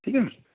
ठीक है मैम